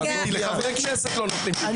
לחברי כנסת לא נותנים להיכנס.